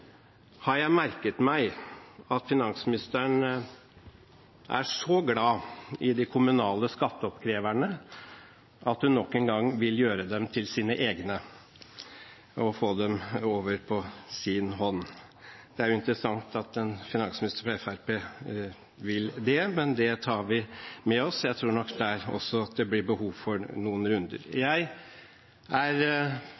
glad i de kommunale skatteoppkreverne at hun nok en gang vil gjøre dem til sine egne og få dem over på sin hånd. Det er interessant at en finansminister fra Fremskrittspartiet vil det, men det tar vi med oss. Jeg tror nok at det også der blir behov for noen runder. Jeg er